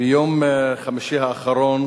ביום חמישי האחרון